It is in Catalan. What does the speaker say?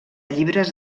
llibres